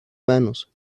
manos